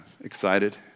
excited